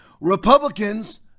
Republicans